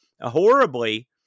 horribly